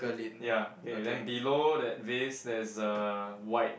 ya okay then below that vase there's a white